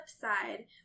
side